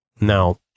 Now